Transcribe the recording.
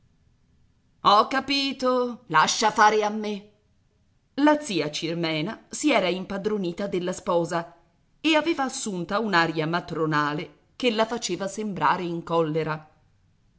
ho capito lascia fare a me la zia cirmena si era impadronita della sposa e aveva assunta un'aria matronale che la faceva sembrare in collera